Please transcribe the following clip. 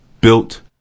built